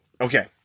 okay